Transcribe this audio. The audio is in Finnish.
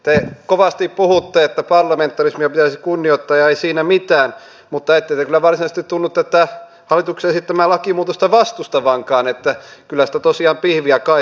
te kovasti puhutte että parlamentarismia pitäisi kunnioittaa ja ei siinä mitään mutta ette te kyllä varsinaisesti tunnu tätä hallituksen esittämää lakimuutosta vastustavankaan että kyllä sitä tosiaan pihviä kaipaisi